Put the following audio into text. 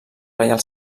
reial